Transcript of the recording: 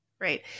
right